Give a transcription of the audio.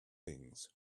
things